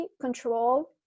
control